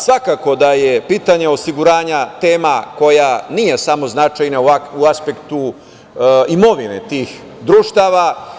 Svakako da je pitanje osiguranja tema koja nije samo značajna u aspektu imovine tih društava.